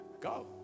Go